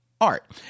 art